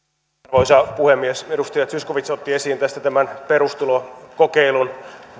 arvoisa puhemies edustaja zyskowicz otti esiin tämän perustulokokeilun varmaan on niin että